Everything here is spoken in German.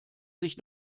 sich